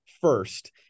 first